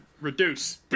Reduce